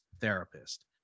therapist